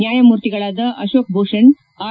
ನ್ನಾಯಮೂರ್ತಿಗಳಾದ Ashok Bhushan R